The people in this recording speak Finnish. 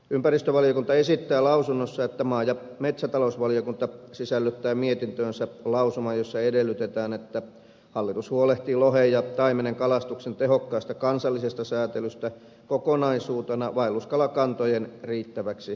ympäristövaliokunta esittää lausunnossa että maa ja metsätalousvaliokunta sisällyttää mietintöönsä lausuman jossa edellytetään että hallitus huolehtii lohen ja taimenen kalastuksen tehokkaasta ja kansallisesta säätelystä kokonaisuutena vaelluskalakantojen riittäväksi suojelemiseksi